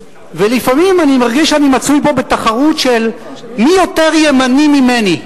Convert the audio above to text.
ולפעמים אני מרגיש שאני מצוי פה בתחרות של מי יותר ימני ממני.